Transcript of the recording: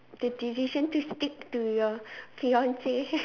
the decision to stick to your fiance